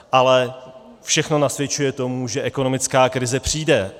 Ale všechno nasvědčuje tomu, že ekonomická krize přijde.